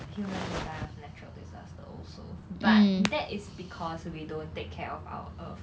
humans will die of natural disaster also but that is because we don't take care of our earth